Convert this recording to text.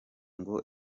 ngo